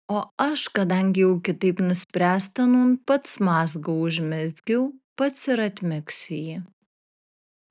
o aš kadangi jau kitaip nuspręsta nūn pats mazgą užmezgiau pats ir atmegsiu jį